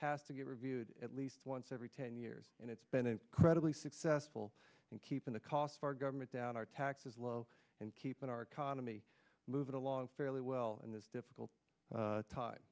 has to get reviewed at least once every ten years and it's been incredibly successful in keeping the cost of our government down our taxes low and keeping our economy moving along fairly well in this difficult time